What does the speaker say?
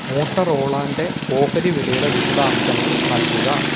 മോട്ടൊറോളാൻ്റെ ഓഹരി വിലയുടെ വിശദാംശങ്ങൾ നൽകുക